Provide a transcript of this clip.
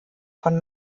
von